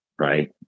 right